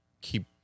keep